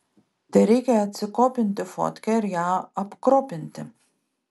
tereikia atsikopinti fotkę ir ją apkropinti